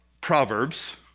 Proverbs